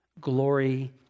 Glory